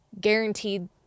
guaranteed